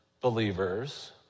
believers